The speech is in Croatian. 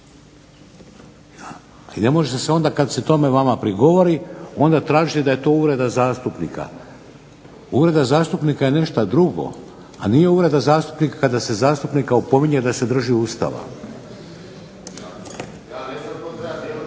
I ne može se onda kad se tome vama prigovori onda tražiti da je to uvreda zastupnika. Uvreda zastupnika je nešto drugo, a nije uvreda zastupnika kada se zastupnika opominje da se drži Ustava.